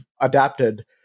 adapted